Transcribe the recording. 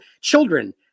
children